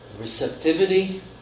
receptivity